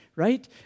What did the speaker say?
Right